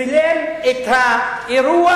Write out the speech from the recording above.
צילם את האירוע